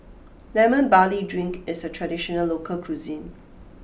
Lemon Barley Drink is a traditional local cuisine